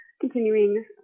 continuing